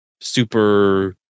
super